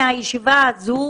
מהישיבה הראשונה,